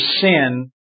sin